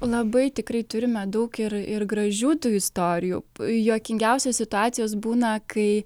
labai tikrai turime daug ir ir gražių tų istorijų juokingiausios situacijos būna kai